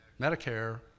Medicare